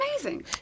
amazing